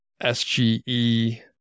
SGE